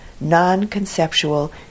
non-conceptual